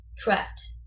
trapped